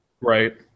right